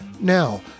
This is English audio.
now